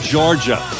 Georgia